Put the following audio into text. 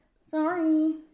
Sorry